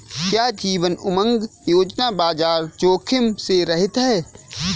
क्या जीवन उमंग योजना बाजार जोखिम से रहित है?